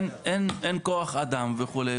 משרות שאין כוח אדם וכולי,